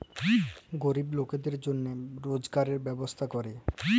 গরিব লকদের জনহে রজগারের ব্যবস্থা ক্যরে